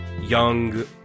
young